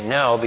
no